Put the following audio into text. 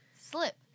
Slip